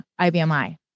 IBMI